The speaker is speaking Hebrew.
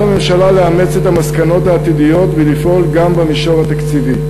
על הממשלה לאמץ את המסקנות העתידיות ולפעול גם במישור התקציבי.